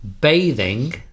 Bathing